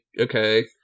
okay